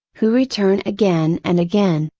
who return again and again,